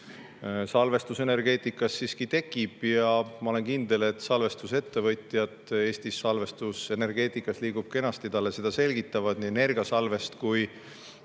Salvestus energeetikas siiski tekib ja ma olen kindel, et salvestusettevõtjad Eestis, salvestus energeetikas liigub kenasti. Talle seda selgitatakse nii Energiasalvest kui